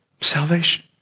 Salvation